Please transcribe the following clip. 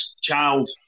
child